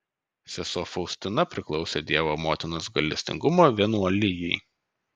sesuo faustina priklausė dievo motinos gailestingumo vienuolijai